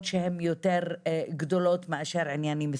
שהן יותר גדולות מעניינים ספציפיים.